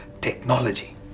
technology